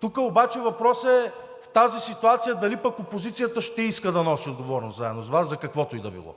Тук обаче въпросът е в тази ситуация дали пък опозицията ще иска да носи отговорност заедно с Вас за каквото и било.